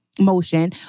motion